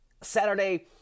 Saturday